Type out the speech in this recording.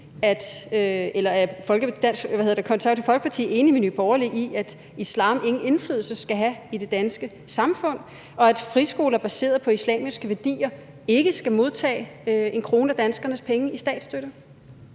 Er Det Konservative Folkeparti enig med Nye Borgerlige i, at islam ingen indflydelse skal have i det danske samfund, og at friskoler baseret på islamiske værdier ikke skal modtage en krone af danskernes penge i statsstøtte?